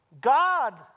God